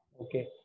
Okay